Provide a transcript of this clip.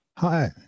Hi